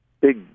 big